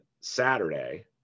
Saturday